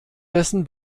dessen